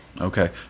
Okay